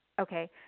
Okay